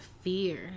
fear